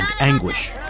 anguish